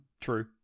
True